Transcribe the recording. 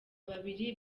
babiri